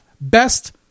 Best